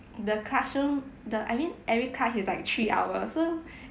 the classroom the I mean every class is like three hours so